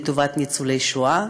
לטובת ניצולי השואה,